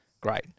Great